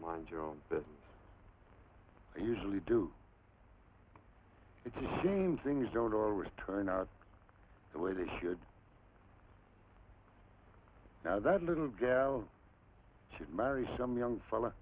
mind your own business usually do it's the same things don't always turn out the way they should now that little gal should marry some young fella